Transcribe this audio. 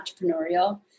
entrepreneurial